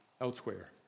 elsewhere